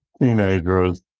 teenagers